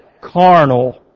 carnal